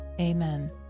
Amen